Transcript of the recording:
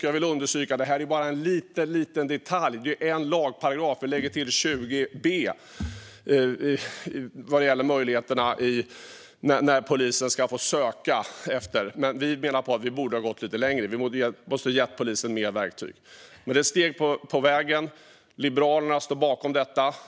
Jag vill understryka att det här bara är en liten detalj. Det är en lagparagraf; vi lägger till 20 b vad gäller när polisen ska få möjligheter att söka. Vi menar att vi borde ha gått lite längre. Vi måste ge polisen fler verktyg. Men det är ett steg på vägen. Liberalerna står bakom detta.